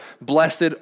Blessed